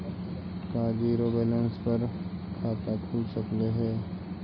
का zero balance पर खाता खुल सकले हे?